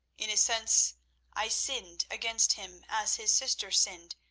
in a sense i sinned against him as his sister sinned,